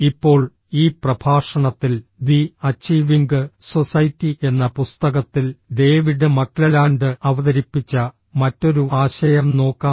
ഇപ്പോൾ ഈ പ്രഭാഷണത്തിൽ ദി അച്ചീവിംഗ് സൊസൈറ്റി എന്ന പുസ്തകത്തിൽ ഡേവിഡ് മക്ലെലാൻഡ് അവതരിപ്പിച്ച മറ്റൊരു ആശയം നോക്കാം